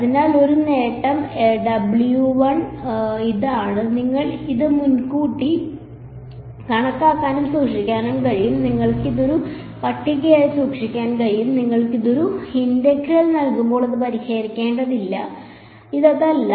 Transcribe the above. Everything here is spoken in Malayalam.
അതിനാൽ മറ്റൊരു നേട്ടം ഇതാണ് നിങ്ങൾക്ക് ഇത് മുൻകൂട്ടി കണക്കാക്കാനും സൂക്ഷിക്കാനും കഴിയും നിങ്ങൾക്ക് ഇത് ഒരു പട്ടികയായി സൂക്ഷിക്കാൻ കഴിയും നിങ്ങൾക്ക് ഒരു ഇന്റഗ്രൽ നൽകുമ്പോൾ അത് പരിഹരിക്കേണ്ടതില്ല അത് അതല്ല